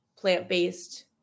plant-based